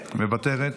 מוותרת,